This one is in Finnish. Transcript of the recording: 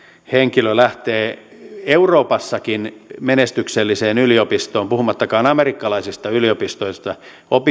henkilö lähtee euroopassakin menestykselliseen yliopistoon puhumattakaan amerikkalaisista yliopistoista